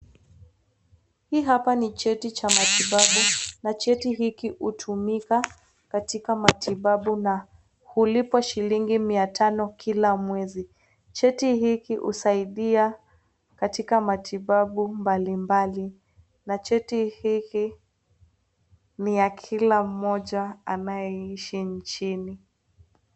Hii hapa ni cheti cha matibabu na cheti hiki hutumika katika matibabu na hulipwa shilingi mia tano kila mwezi cheti hiki husaidia katika matibabu mbali mbali na cheti hii hii ni ya kila mmoja anayeishi nchini.